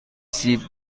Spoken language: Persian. سیب